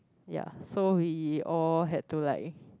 ya so we all had to like